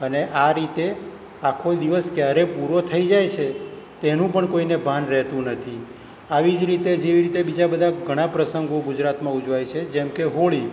અને આ રીતે આખો દિવસ ક્યારે પૂરો થઈ જાય છે તેનું પણ કોઈને ભાન રહેતું નથી આવી જ રીતે જેવી રીતે બીજા બધા ઘણા પ્રસંગો ગુજરાતમાં ઉજવાય છે જેમ કે હોળી